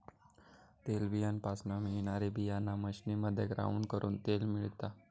तेलबीयापासना मिळणारी बीयाणा मशीनमध्ये ग्राउंड करून तेल मिळता